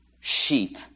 sheep